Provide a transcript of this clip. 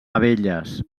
abelles